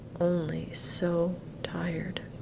only so tired.